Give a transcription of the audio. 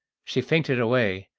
she fainted away,